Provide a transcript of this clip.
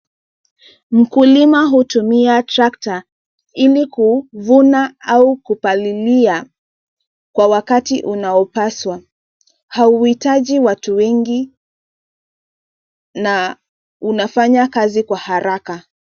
Mkulima hutumia tracta ili kuvuna au kupalilia Kwa wakati unaofaa. Hauhitaji watu wengi na unafanya kazi Kwa haraka.